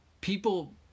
people